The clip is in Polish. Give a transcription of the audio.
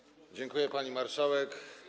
Dziękuję, pani marszałek.